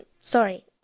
Sorry